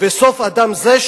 וסוף אדם זה,